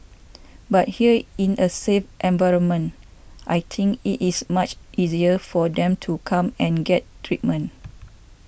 but here in a safe environment I think it is much easier for them to come and get treatment